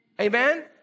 amen